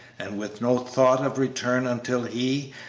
and with no thought of return until he,